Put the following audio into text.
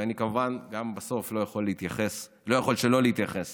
וכמובן בסוף אני לא יכול שלא להתייחס